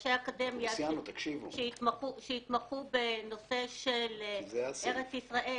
אנשי אקדמיה שהתמחו בנושא של ארץ-ישראל,